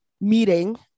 meeting